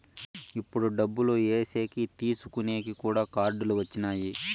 ఇప్పుడు డబ్బులు ఏసేకి తీసుకునేకి కూడా కార్డులు వచ్చినాయి